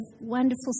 wonderful